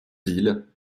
ville